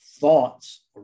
Thoughts